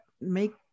make